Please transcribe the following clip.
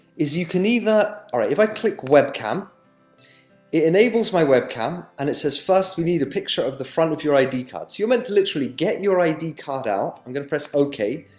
is you can either. all right, if i click webcam, it enables my webcam, and it says first we need a picture of the front of your id card. so, you're meant to, literally, get your id card out i'm going to press ok,